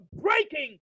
breaking